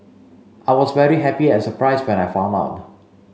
I was very happy and surprised when I found out